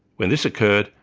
when this occurred,